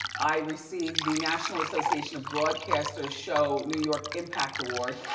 i received the national association of broadcasters show new york impact award.